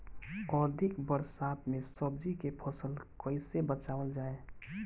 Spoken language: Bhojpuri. अधिक बरसात में सब्जी के फसल कैसे बचावल जाय?